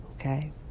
okay